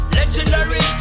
Legendary